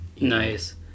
Nice